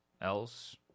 else